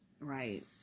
Right